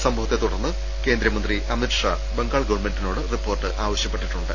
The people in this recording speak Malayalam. സംഭവത്തെ തുടർന്ന് കേന്ദ്രമന്ത്രി അമിത്ഷാ ബംഗാൾ ഗവൺമെന്റി നോട് റിപ്പോർട്ട് ആവശ്യപ്പെട്ടിട്ടുണ്ട്